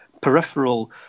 peripheral